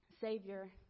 Savior